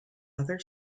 other